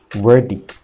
worthy